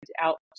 out